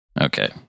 Okay